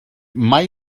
mai